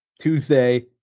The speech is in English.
Tuesday